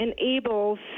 enables